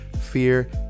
fear